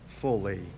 fully